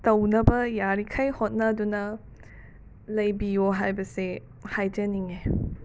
ꯇꯧꯅꯕ ꯌꯥꯔꯤꯈꯩ ꯍꯣꯠꯅꯗꯨꯅ ꯂꯩꯕꯤꯌꯣ ꯍꯥꯏꯕꯁꯦ ꯍꯥꯏꯖꯅꯤꯡꯉꯦ